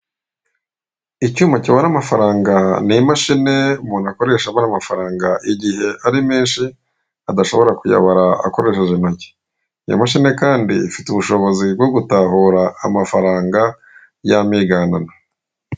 Icyuma kibara amafaranga, n'imashini umuntu akoresha abara amafaranga igihe ari menshi adashobora kuyaba akoresheje intoki. Iyo mashini kandi ifite ushobozi bwogutahura amafaranga yamiganano.